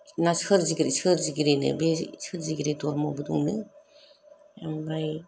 ना सोरजिगिरिनो बे सोरजिगिरि धर्मबो दंनो ओमफ्राय